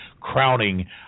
crowning